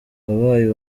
wabaye